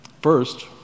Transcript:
First